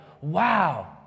wow